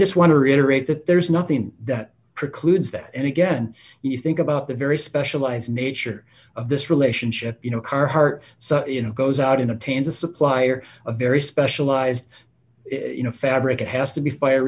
just want to reiterate that there's nothing that precludes that and again you think about the very specialized nature of this relationship you know carhart you know goes out in obtains a supplier a very specialized you know fabric it has to be fire